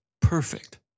perfect